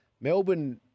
Melbourne